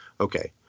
Okay